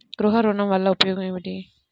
గృహ ఋణం వల్ల ఉపయోగం ఏమి?